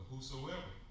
Whosoever